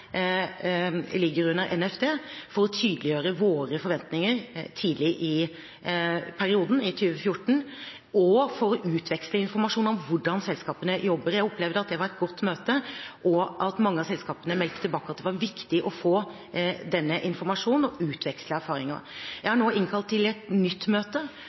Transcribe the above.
ligger under Nærings- og fiskeridepartementet, for å tydeliggjøre våre forventninger tidlig i perioden, i 2014, og for å utveksle informasjon om hvordan selskapene jobber. Jeg opplevde at det var et godt møte, og at mange av selskapene meldte tilbake at det var viktig å få denne informasjonen og utveksle erfaringer. Jeg har nå innkalt til et nytt møte